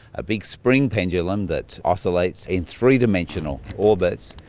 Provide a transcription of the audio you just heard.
a big spring pendulum that oscillates in three dimensional orbits,